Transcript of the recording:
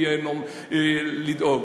לדאוג.